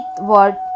word